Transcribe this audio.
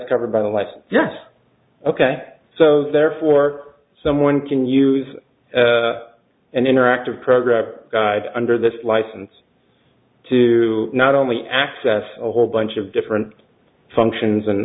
life yes ok so therefore someone can use an interactive program guide under this license to not only access a whole bunch of different functions and